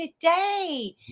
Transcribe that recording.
today